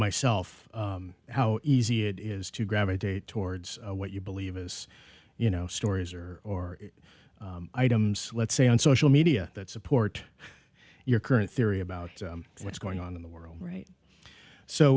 myself how easy it is to gravitate towards what you believe is you know stories or or items let's say on social media that support your current theory about what's going on in the world right so